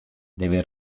deve